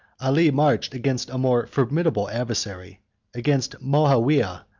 ali marched against a more formidable adversary against moawiyah,